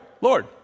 Lord